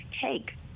Cake